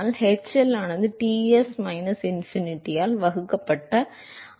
எனவே hL ஆனது Ts minus Tinfinity ஆல் வகுக்கப்பட்ட I பெருக்கல் E ஆகும்